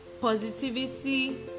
positivity